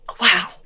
Wow